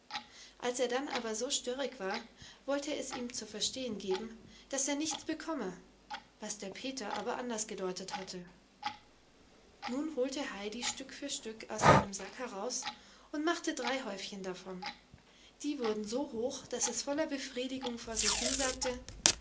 als er dann aber so störrig war wollte es ihm zu verstehen geben daß er nichts bekomme was der peter aber anders gedeutet hatte nun holte das heidi stück für stück aus seinem sack heraus und machte drei häufchen davon die wurden so hoch daß es voller befriedigung vor sich hinsagte